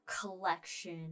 collection